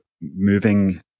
moving